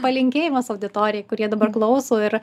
palinkėjimas auditorijai kurie dabar klauso ir